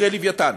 אחרי "לווייתן".